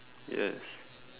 yes